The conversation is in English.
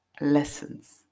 Lessons